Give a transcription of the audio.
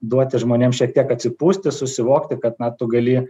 duoti žmonėms šiek tiek atsipūsti susivokti kad na tu gali